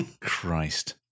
Christ